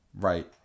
Right